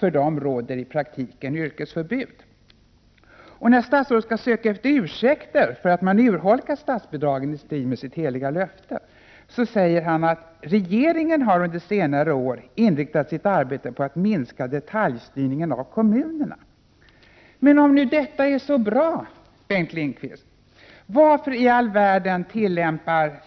För dem råder i praktiken yrkesförbud. När statsrådet skall söka efter ursäkter för att man urholkat statsbidragen i strid med sitt heliga löfte, säger han att ”regeringen har under senare år inriktat sitt arbete på att minska detaljstyrningen av kommunerna”. Men om nu detta är så bra, varför i all världen tillämpar inte